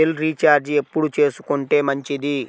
Cell recharge ఎప్పుడు చేసుకొంటే మంచిది?